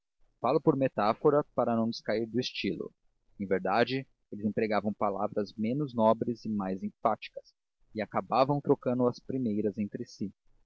falo por metáfora para não descair do estilo em verdade eles empregavam palavras menos nobres e mais enfáticas e acabavam trocando as primeiras entre si